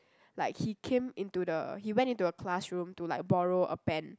like he came into the he went into the classroom to like borrow a pen